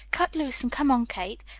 cut loose and come on, kate.